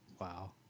wow